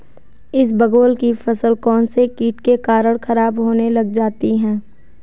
इसबगोल की फसल कौनसे कीट के कारण खराब होने लग जाती है?